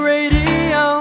Radio